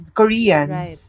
Koreans